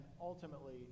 ultimately